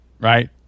right